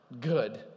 good